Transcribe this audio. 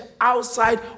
outside